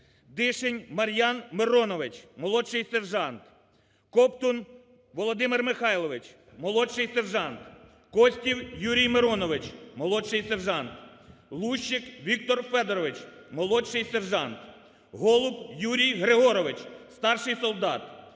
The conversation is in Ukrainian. Дишень Мар'ян Миронович – молодший сержант; Коптун Володимир Михайлович – молодший сержант; Костів Юрій Миронович – молодший сержант; Лущик Віктор Федорович – молодший сержант; Голуб Юрій Григорович – старший солдат;